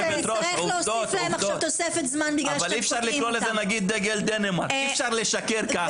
ואם תמשיכו לשקר,